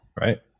right